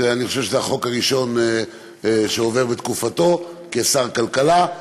שאני חושב שזה החוק הראשון שעובר בתקופתו כשר הכלכלה.